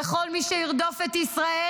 וכל מי שירדוף את ישראל,